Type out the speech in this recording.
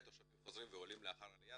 ותושבים חוזרים ועולים לאחר עליה,